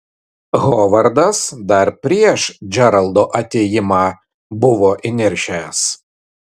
hovardas dar prieš džeraldo atėjimą buvo įniršęs